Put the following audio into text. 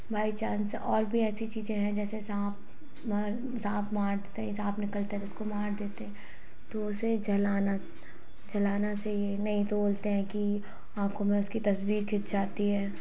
bye chance और भी ऐसी चीज़ें हैं जैसे साँप मर साँप मार देते हैं साँप निकलता है तो उसको मार देते हैं तो उसे जलाना जलाना चाहिए नहीं तो बोलते हैं कि आंखों में उसकी तस्वीर खिंच जाती है